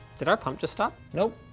did our pump just stop? nope.